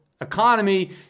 economy